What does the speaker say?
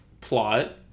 plot